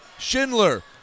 Schindler